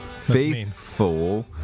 faithful